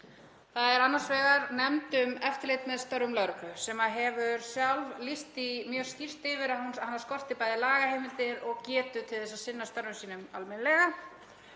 Það er annars vegar nefnd um eftirlit með störfum lögreglu sem hefur sjálf lýst því mjög skýrt yfir að hana skorti bæði lagaheimildir og getu til að sinna störfum sínum almennilega.